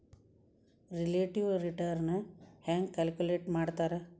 relative return ಹೆಂಗ calculate ಮಾಡ್ತಾರಾ